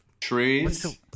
Trees